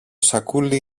σακούλι